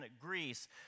Greece